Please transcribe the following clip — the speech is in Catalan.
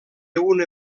una